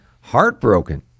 heartbroken